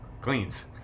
cleans